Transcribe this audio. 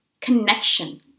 connection